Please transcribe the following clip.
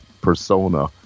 persona